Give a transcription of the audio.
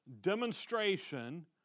demonstration